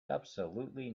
absolutely